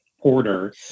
porter